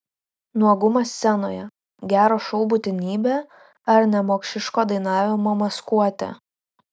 nuogumas scenoje gero šou būtinybė ar nemokšiško dainavimo maskuotė